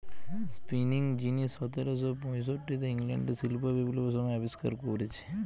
spinning যিনি সতেরশ পয়ষট্টিতে ইংল্যান্ডে শিল্প বিপ্লবের সময় আবিষ্কার কোরেছে